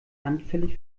anfällig